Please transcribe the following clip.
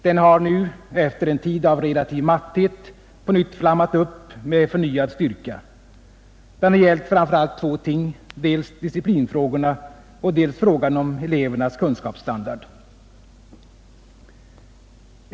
Den har nu — efter en tid av relativ matthet — flammat upp med förnyad styrka. Den har gällt framför allt två ting, dels disciplinfrågorna, dels frågan om elevernas kunskapsstandard.